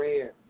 rare